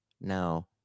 No